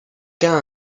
cas